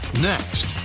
next